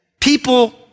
people